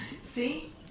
See